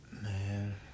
man